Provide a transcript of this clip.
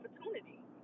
opportunity